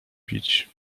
pić